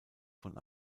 von